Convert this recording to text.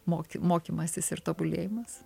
moki mokymasis ir tobulėjimas